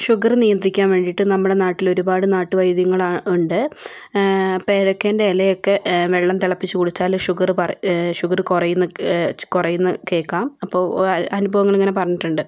sugar നിയന്ത്രിക്കാൻ വേണ്ടിട്ട് നമ്മളുടെ നാട്ടിൽ ഒരുപാട് നാട്ടുവൈദ്യങ്ങൾ ആ ഉണ്ട് പേരയ്ക്കന്റെ ഇലയൊക്കെ വെള്ളം തിളപ്പിച്ച് കുടിച്ചാൽ ഷുഗറ് കുറയും ഷുഗറ് കുറയും കുറയും എന്ന് കേൾക്കാം അപ്പോൾ അനുഭവങ്ങൾ ഇങ്ങനെ പറഞ്ഞിട്ടുണ്ട്